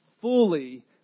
fully